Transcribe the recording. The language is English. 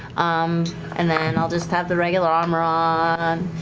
um and then and i'll just have the regular armor ah on.